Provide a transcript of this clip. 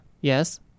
Yes